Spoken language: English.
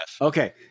Okay